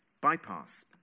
bypass